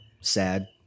Sad